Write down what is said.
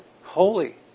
Holy